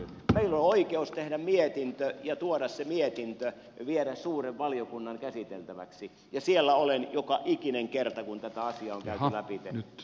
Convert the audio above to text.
meillä on oikeus tehdä mietintö ja tuoda se mietintö viedä suuren valiokunnan käsiteltäväksi ja siellä olen joka ikinen kerta kun tätä asiaa on käyty läpi